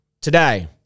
today